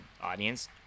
audience